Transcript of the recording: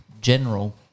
general